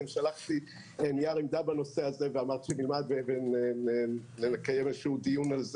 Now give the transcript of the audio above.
שלחתי נייר עמדה בנושא הזה ואמרת שנקיים על כך איזשהו דיון.